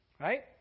Right